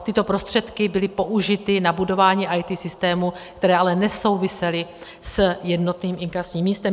Tyto prostředky byly použity na budování IT systémů, které ale nesouvisely s jednotným inkasním místem.